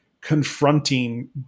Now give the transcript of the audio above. confronting